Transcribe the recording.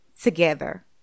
together